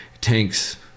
Tanks